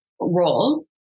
role